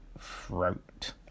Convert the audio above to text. throat